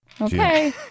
Okay